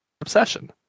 obsession